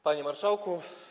Panie Marszałku!